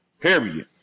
Period